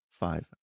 Five